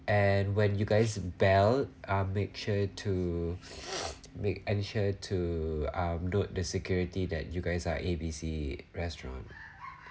and when you guys belled um make sure to make ensure to um note the security that you guys are A_B_C restaurant